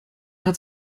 hat